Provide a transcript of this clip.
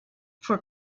for